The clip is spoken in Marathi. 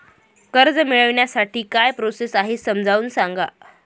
कर्ज मिळविण्यासाठी काय प्रोसेस आहे समजावून सांगा